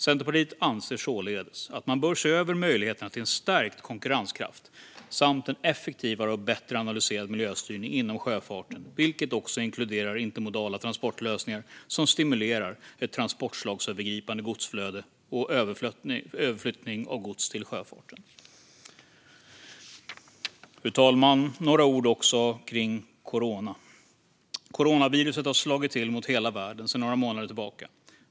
Centerpartiet anser således att man bör se över möjligheterna till en stärkt konkurrenskraft samt en effektivare och bättre analyserad miljöstyrning inom sjöfarten, vilket också inkluderar intermodala transportlösningar som stimulerar ett transportslagsövergripande godsflöde och överflyttning av gods till sjöfarten. Fru talman! Jag ska säga några ord också om corona. Coronaviruset har slagit till mot hela världen sedan några månader tillbaka.